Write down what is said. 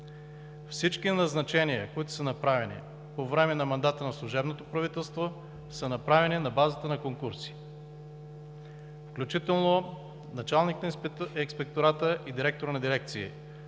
Всички назначения, които са направени по време на мандата на служебното правителство, са направени на базата на конкурси, включително началник на Инспектората и директори на дирекции.